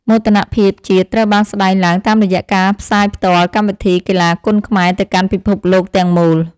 មោទនភាពជាតិត្រូវបានស្តែងឡើងតាមរយៈការផ្សាយផ្ទាល់កម្មវិធីកីឡាគុណខ្មែរទៅកាន់ពិភពលោកទាំងមូល។